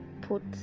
put